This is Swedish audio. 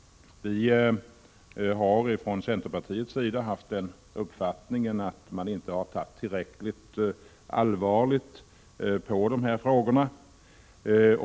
Vi har från centerpartiets sida haft uppfattningen att regeringen inte har tagit tillräckligt allvarligt på dessa frågor.